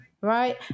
right